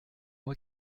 moi